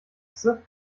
hexe